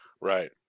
Right